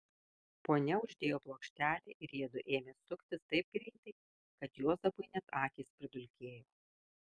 ponia uždėjo plokštelę ir jiedu ėmė suktis taip greitai kad juozapui net akys pridulkėjo